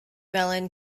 melon